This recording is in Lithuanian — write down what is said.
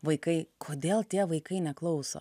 vaikai kodėl tie vaikai neklauso